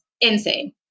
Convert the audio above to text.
insane